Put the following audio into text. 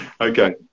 Okay